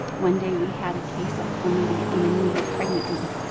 one day we had a case of chlamydia in a newly pregnant woman.